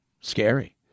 Scary